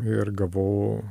ir gavau